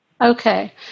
Okay